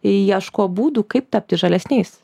ieško būdų kaip tapti žalesniais